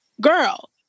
girl